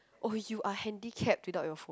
oh you are handicapped without your phone